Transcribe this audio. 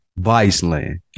Viceland